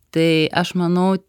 tai aš manau